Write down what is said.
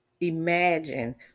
imagine